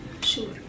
Sure